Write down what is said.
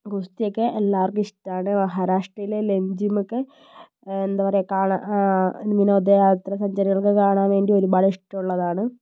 ഗുസ്തി ഒക്കെ എല്ലാവർക്കും ഇഷ്ടമാണ് മഹാരാഷട്രയിലെ ലെംജിം ഒക്കെ എന്താ പറയുക കാണാൻ വിനോദയാത്ര സഞ്ചാരികൾക്കൊക്കെ കാണാൻ വേണ്ടി ഒരുപാട് ഇഷ്ടമുള്ളതാണ്